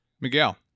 Miguel